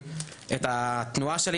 את החברים והחברות שלי לגרעין,